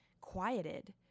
quieted